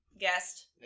guest